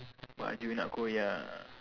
baju nak koyak